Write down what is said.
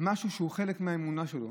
חלק מהאמונה שלהם,